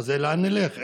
אז לאן נלך?